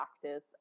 practice